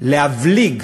להבליג